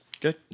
Good